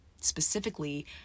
specifically